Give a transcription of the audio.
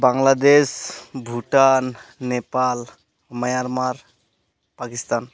Bangladesh Bhutan Nepal Myanmar Pakistan